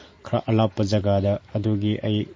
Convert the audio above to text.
ꯈꯔ ꯑꯔꯥꯞꯄ ꯖꯒꯥꯗ ꯑꯗꯨꯒꯤ ꯑꯩ